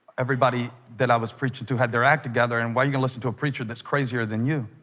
everybody that i was preaching to had their act together, and why you can listen to a preacher. that's crazier than you